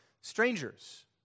strangers